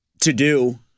to-do